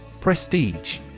Prestige